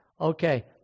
Okay